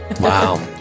wow